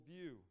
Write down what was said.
view